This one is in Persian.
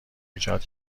ایجاد